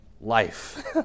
life